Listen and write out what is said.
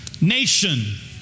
nation